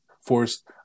forced